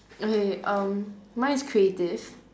okay um mine is creative